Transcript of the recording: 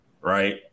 right